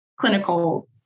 clinical